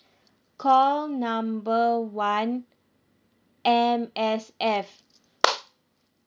call number one M_S_F